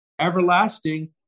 everlasting